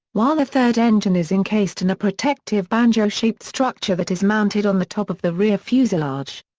while the third engine is encased in a protective banjo-shaped structure that is mounted on the top of the rear fuselage.